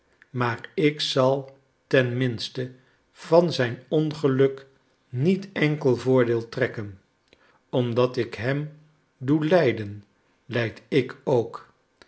maar ik zal ten minste van zijn ongeluk niet enkel voordeel trekken omdat ik hem doe lijden lijd ik ook